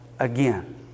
again